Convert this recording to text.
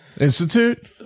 Institute